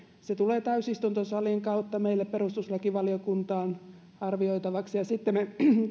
se tulee täysistuntosalin kautta meille perustuslakivaliokuntaan arvioitavaksi ja sitten me